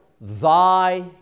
Thy